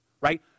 right